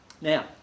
Now